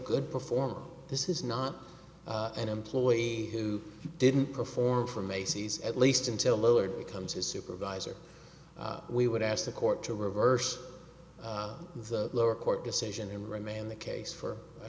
good performer this is not an employee who didn't perform for macy's at least until lowered becomes a supervisor we would ask the court to reverse the lower court decision and remain the case for a